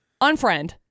unfriend